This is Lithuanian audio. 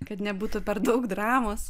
kad nebūtų per daug dramos